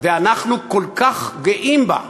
אנחנו כל כך גאים בה,